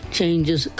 Changes